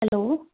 hello